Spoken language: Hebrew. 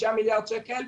5 מיליארד שקל,